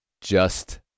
just-